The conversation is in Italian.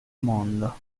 mondo